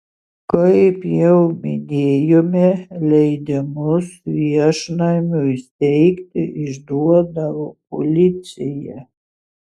kaip jau minėjome leidimus viešnamiui steigti išduodavo policija